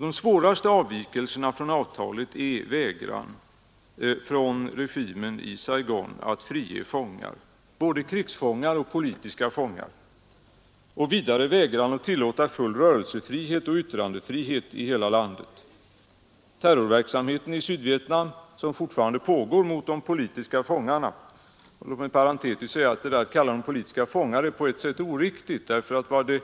De svåraste avvikelserna från avtalet är vägran från regimen i Saigon att frige fångar, både krigsfångar och politiska fångar, och att tillåta full rörelsefrihet och yttrandefrihet i hela landet. .Terrorverksamhet pågår fortfarande i Sydvietnam mot de politiska fångarna. Låt mig parentetiskt säga att det på ett sätt är oriktigt att kalla dem